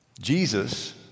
Jesus